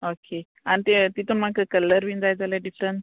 okay आनी ते तितून म्हाका कलर बीन जाय जाल्यार डिफरंट